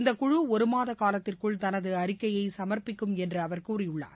இந்த குழு ஒருமாத காலத்திற்குள் தனது அறிக்கையை சமா்ப்பிக்கும் என்று அவர் கூறியுள்ளார்